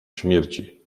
śmierci